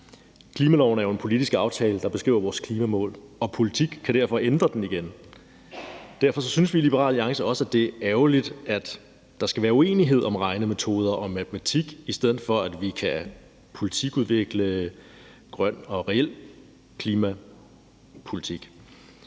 Klimaloven er jo en politisk aftale, der beskriver vores klimamål, og politik kan derfor ændre den igen. Derfor synes vi i Liberal Alliance også, det er ærgerligt, at der skal være uenighed om regnemetoder og matematik, i stedet for at vi kan politikudvikle en grøn og reel klimapolitik.